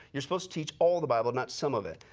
you are supposed to teach all of the bible, not some of it,